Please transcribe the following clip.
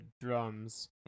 drums